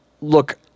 look